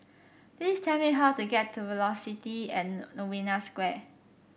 please tell me how to get to Velocity and Novena Square